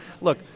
look